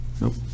Nope